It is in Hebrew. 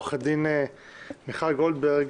עורכת הדין מיכל גולדברג,